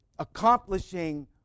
Accomplishing